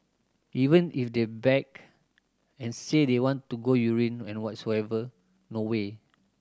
even if they beg and say they want to go urine and whatsoever no way